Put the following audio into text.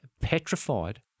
petrified